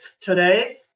today